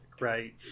right